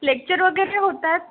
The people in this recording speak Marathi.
लेक्चर वगैरे होतात